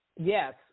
yes